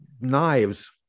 knives